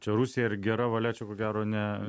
čia rusija ir gera valia čia ko gero ne